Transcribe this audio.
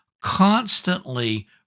constantly